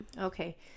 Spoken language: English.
Okay